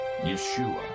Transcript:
Yeshua